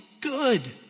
good